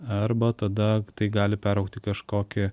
arba tada tai gali peraugt į kažkokį